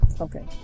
okay